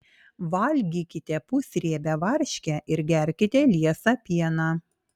valgykite pusriebę varškę ir gerkite liesą pieną